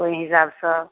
ओहि हिसाबसँ